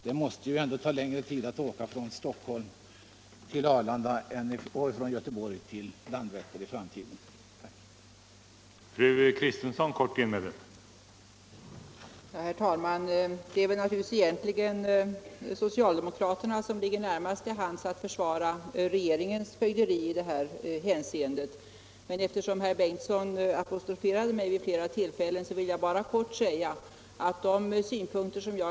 Det måste ta längre tid att åka från Stockholm till Arlanda än från Märsta till Arlanda och från Göteborg till Landvetter än från Mölndal till Landvetter.